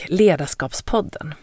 ledarskapspodden